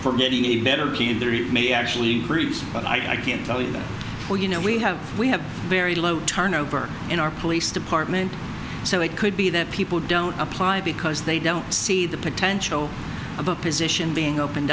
for getting a better may actually groups but i can't tell you that or you know we have we have very low turnover in our police department so it could be that people don't apply because they don't see the potential of a position being opened